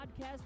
podcast